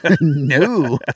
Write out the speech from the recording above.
No